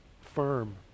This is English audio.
firm